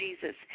Jesus